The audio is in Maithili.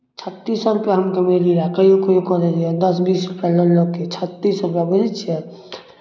छत्तीस सए रुपैआ हम कमयली रहए कहियो कहियोके कऽ के दस बीस रुपैआ लऽ लऽ कऽ छत्तीस सए रुपैआ बूझै छियै